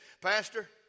Pastor